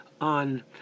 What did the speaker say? on